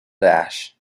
dash